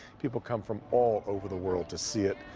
people come from all over the world to see it.